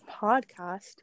podcast